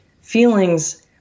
feelings